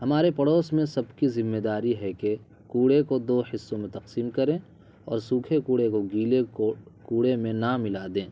ہمارے پڑوس میں سب کی ذمہ داری ہے کہ کوڑے کو دو حصوں میں تقسیم کریں اور سوکھے کوڑے کو گیلے کو کوڑے میں نہ ملا دیں